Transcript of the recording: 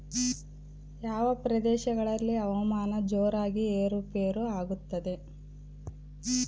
ಯಾವ ಪ್ರದೇಶಗಳಲ್ಲಿ ಹವಾಮಾನ ಜೋರಾಗಿ ಏರು ಪೇರು ಆಗ್ತದೆ?